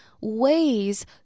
ways